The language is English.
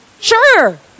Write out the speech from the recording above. sure